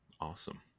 awesome